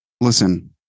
Listen